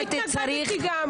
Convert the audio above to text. גם לא התנגדתי.